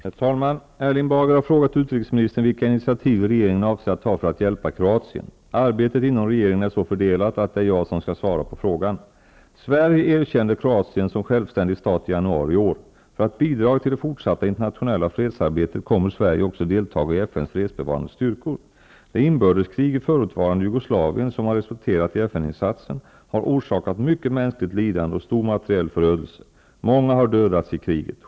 Herr talman! Erling Bager har frågat utrikesministern vilka initiativ rege ringen avser att ta för att hjälpa Kroatien. Arbetet inom regeringen är så fördelat att det är jag som skall svara på frå gan. Sverige erkände Kroatien som självständig stat i januari i år. För att bidra till det fortsatta internationella fredsarbetet kommer Sverige också att delta i FN:s fredsbevarande styrkor. Det inbördeskrig i förutvarande Jugoslavien, som har resulterat i FN-insatsen, har orsakat mycket mänskligt lidande och stor materiell förödelse. Många har dödats i kriget.